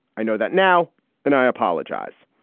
i know that now and i apologize.